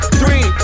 three